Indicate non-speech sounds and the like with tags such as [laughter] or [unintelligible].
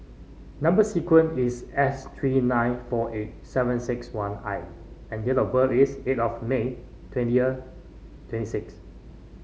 number sequence is S three nine four eight seven six one I and date of birth is eight of May twenty [unintelligible] twenty six